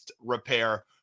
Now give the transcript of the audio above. repair